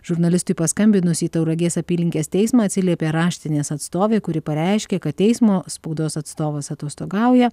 žurnalistui paskambinus į tauragės apylinkės teismą atsiliepė raštinės atstovė kuri pareiškė kad teismo spaudos atstovas atostogauja